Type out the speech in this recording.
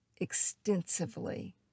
extensively